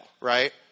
right